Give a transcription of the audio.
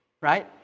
Right